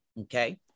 Okay